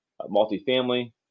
multifamily